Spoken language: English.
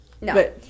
No